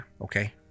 okay